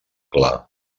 clar